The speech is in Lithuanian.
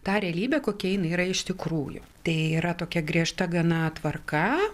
tą realybę kokia jinai yra iš tikrųjų tai yra tokia griežta gana tvarka